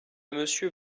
monsieur